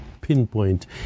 pinpoint